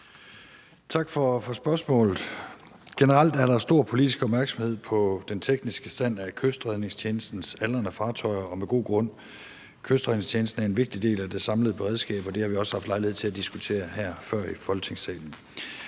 Tak for spørgsmålet. Generelt er der stor politisk opmærksomhed på den tekniske stand af Kystredningstjenestens aldrende fartøjer, og det er med god grund. Kystredningstjenesten er en vigtig del af det samlede beredskab, og det har vi også har haft lejlighed til at diskutere før i Folketingssalen.